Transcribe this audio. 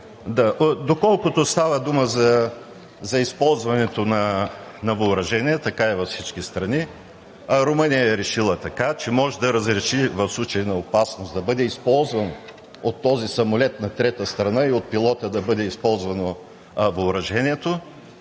доколкото става дума за използването на въоръжение, така е във всички страни. Румъния е решила, че може да разреши в случай на опасност да бъде използван от този самолет на трета страна и от пилота да бъде използвано въоръжението.